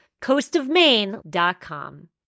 coastofmaine.com